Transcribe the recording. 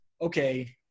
okay